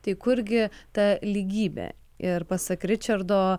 tai kurgi ta lygybė ir pasak ričardo